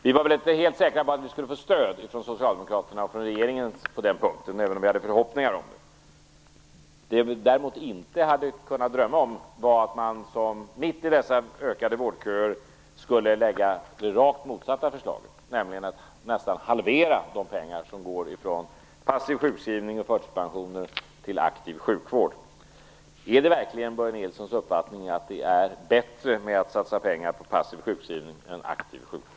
Vi var inte helt säkra på att vi skulle få stöd från socialdemokraterna och regeringen på den punkten, även om vi hade förhoppningar om det. Vi hade däremot inte kunnat drömma om att man i en situation av ökade vårdköer skulle lägga ett rakt motsatt förslag, nämligen att nästan halvera de pengar som går från passiv sjukskrivning och förtidspensioner till aktiv sjukvård. Är det verkligen Börje Nilssons uppfattning att det är bättre att satsa pengar på passiv sjukskrivning än aktiv sjukvård?